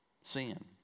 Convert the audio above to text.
sin